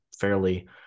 fairly –